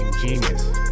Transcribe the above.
genius